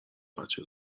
بچه